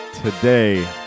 Today